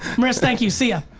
marisa thank you, see ya.